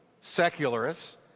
secularists